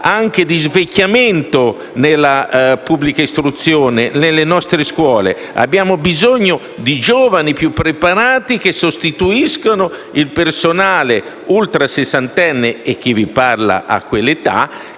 politiche di svecchiamento nella pubblica istruzione: nelle nostre scuole abbiamo bisogno di giovani più preparati che sostituiscano il personale ultrasessantenne - chi vi parla ha quella età